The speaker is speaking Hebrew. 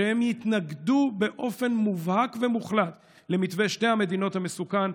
שהם יתנגדו באופן מובהק ומוחלט למתווה שתי המדינות המסוכן,